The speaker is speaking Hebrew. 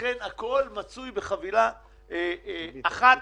הכל מצוי בחבילה אחת.